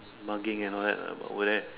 mugging and all that lah but over there